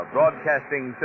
Broadcasting